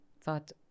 thought